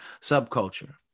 subculture